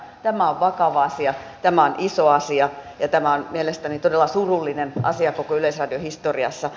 tämä on vakava asia tämä on iso asia ja tämä on mielestäni todella surullinen asia koko yleisradion historiassa